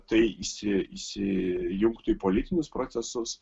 tai įsi įsi įsijungtų į politinius procesus